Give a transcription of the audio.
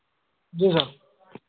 जी sir